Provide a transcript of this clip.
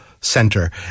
Center